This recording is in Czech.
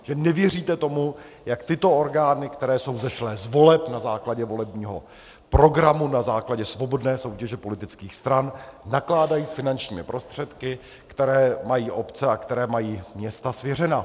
Že nevěříte tomu, jak tyto orgány, které jsou vzešlé z voleb na základě volebního programu, na základě svobodné soutěže politických stran, nakládají s finančními prostředky, které mají obce a které mají města svěřena.